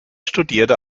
studierte